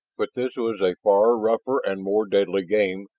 but this was a far rougher and more deadly game,